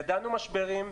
ידענו משברים.